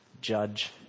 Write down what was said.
judge